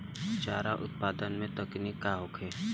चारा उत्पादन के तकनीक का होखे?